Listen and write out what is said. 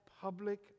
public